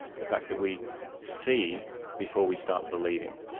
the fact that we see before we start believing.